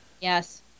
yes